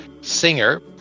singer